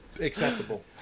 acceptable